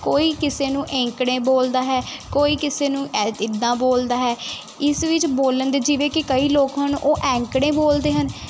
ਕੋਈ ਕਿਸੇ ਨੂੰ ਅੰਕੜੇ ਬੋਲਦਾ ਹੈ ਕੋਈ ਕਿਸੇ ਨੂੰ ਇੱਦਾਂ ਬੋਲਦਾ ਹੈ ਇਸ ਵਿੱਚ ਬੋਲਣ ਦੇ ਜਿਵੇਂ ਕਿ ਕਈ ਲੋਕ ਹਨ ਉਹ ਅੰਕੜੇ ਬੋਲਦੇ ਹਨ